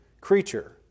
creature